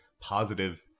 positive